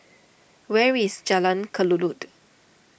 where is Jalan Kelulut